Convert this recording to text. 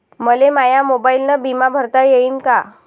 मले माया मोबाईलनं बिमा भरता येईन का?